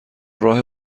راه